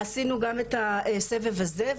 עשינו גם את הסבב הזה.